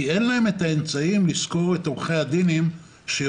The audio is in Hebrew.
כי אין להם אמצעים לשכור את עורכי הדין שיודעים